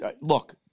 Look